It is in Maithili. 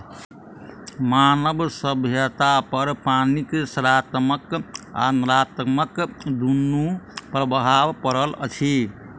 मानव सभ्यतापर पानिक साकारात्मक आ नाकारात्मक दुनू प्रभाव पड़ल अछि